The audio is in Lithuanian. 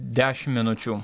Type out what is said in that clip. dešim minučių